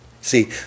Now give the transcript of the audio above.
See